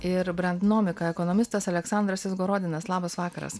ir brendnomika ekonomistas aleksandras izgorodinas labas vakaras